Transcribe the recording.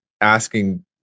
asking